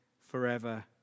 forever